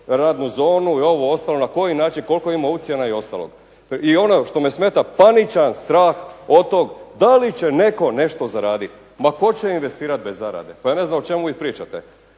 radnu zonu i ovo ostalo na koji način, koliko ima ucjena i ostalog. I ono što me smeta, paničan strah od toga da li će netko nešto zaraditi. Ma tko će investirat bez zarade, pa ja ne znam o čemu vi pričate.